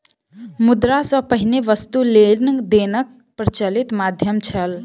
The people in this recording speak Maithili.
मुद्रा सॅ पहिने वस्तु लेन देनक प्रचलित माध्यम छल